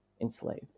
enslaved